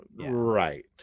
Right